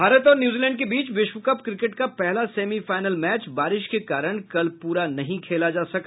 भारत ओर न्यूजीलैंड के बीच विश्व कप क्रिकेट का पहला सेमीफाइनल मैच बारिश के कारण कल पूरा नहीं खेला जा सका